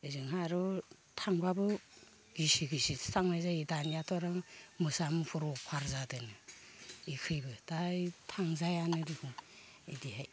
ओजोंहाय आर' थांब्लाबो गिसि गिसिसो थांनाय जायो दानियाथ' नों मोसा मुफुर अभार जादों बेखैबो दा थांजायानो दिसुं इदिहाय